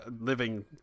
living